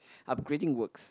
upgrading works